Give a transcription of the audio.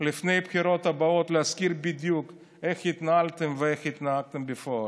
לפני הבחירות הבאות להזכיר בדיוק איך התנהלתם ואיך התנהגתם בפועל.